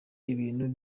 ibintu